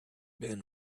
been